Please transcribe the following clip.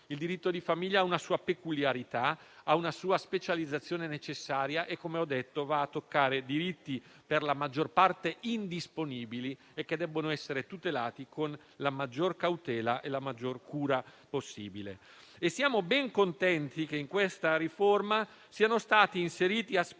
Il diritto di famiglia ha una sua peculiarità, ha una sua specializzazione necessaria e - come ho già detto - va a toccare diritti per la maggior parte indisponibili e che devono essere tutelati con la maggior cautela e la maggior cura possibili. Siamo ben contenti che in questa riforma siano stati inseriti aspetti